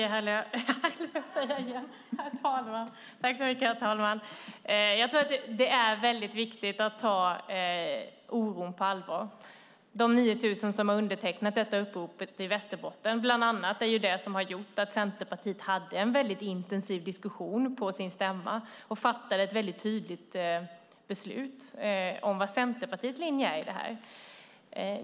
Herr talman! Det är väldigt viktigt att ta oron på allvar. De 9 000 som har undertecknat uppropet i Västerbotten var bland annat det som gjorde att vi i Centerpartiet hade en väldigt intensiv diskussion på vår stämma och fattade ett väldigt tydligt beslut om vad Centerpartiets linje är i det här.